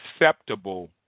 acceptable